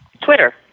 Twitter